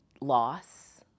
loss